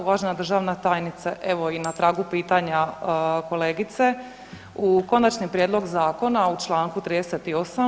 Uvažena državna tajnice evo i na tragu pitanja kolegice u konačni prijedlog zakona u Članku 38.